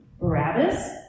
Barabbas